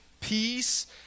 peace